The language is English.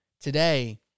today